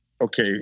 okay